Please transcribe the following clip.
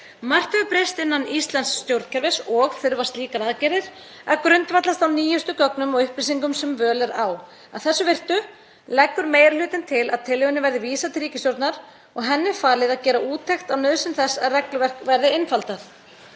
Margt hefur breyst innan íslensks stjórnkerfis og þurfa slíkar aðgerðir að grundvallast á nýjustu gögnum og upplýsingum sem völ er á. Að þessu virtu leggur meiri hlutinn til að tillögunni verði vísað til ríkisstjórnarinnar og henni falið að gera úttekt á nauðsyn þess að regluverk verði einfaldað.